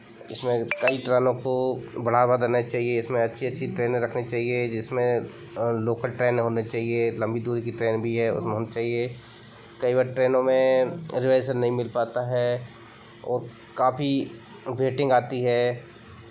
इसमे कई ट्रेनों को बढ़ावा देना चाहिए इसमे अच्छी अच्छी ट्रेनें रखनी चाहिए जिसमे लोकल ट्रेन होने चाहिए लम्बी दूरी की ट्रेन भी है होने चाहिए कई बार ट्रेनों में रिजर्वेशन नहीं मिल पाता है और काफी वेटिंग आती है